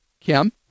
kim